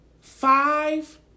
five